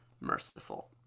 merciful